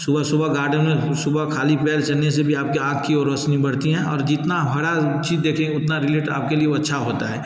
सुबह सुबह गार्डेन में सुबह ख़ाली पैर चलने से भी आपकी आँख की और रौशनी बढ़ती हैं और जितना हरी चीज़ देखिए उतना रिलेट आप के लिए वो अच्छा होता है